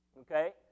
Okay